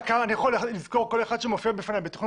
אני יכול לזכור כל אחד שמופיע בפניי בתכנון